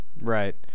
Right